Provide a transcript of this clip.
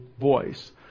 voice